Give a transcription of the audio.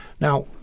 Now